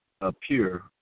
appear